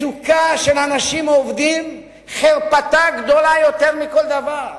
מצוקה של אנשים עובדים, חרפתה גדולה יותר מכל דבר.